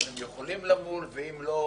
הם יכולים למול ואם לא,